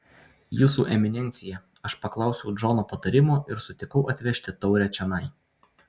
jūsų eminencija aš paklausiau džono patarimo ir sutikau atvežti taurę čionai